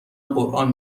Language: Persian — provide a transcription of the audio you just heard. قرآن